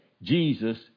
Jesus